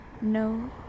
No